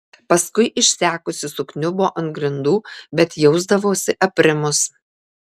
paskui išsekusi sukniubdavo ant grindų bet jausdavosi aprimusi